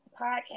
podcast